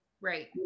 right